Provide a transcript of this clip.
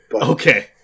Okay